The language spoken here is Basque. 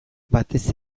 batez